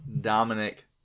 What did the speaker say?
Dominic